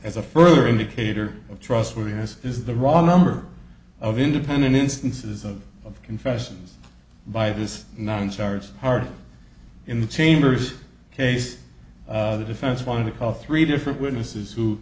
as a further indicator of trustworthiness is the raw number of independent instances of of confessions by this nine stars in the chambers case the defense wanted to call three different witnesses who